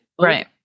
Right